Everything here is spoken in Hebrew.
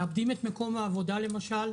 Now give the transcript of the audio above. מאבדים את מקום העבודה למשל,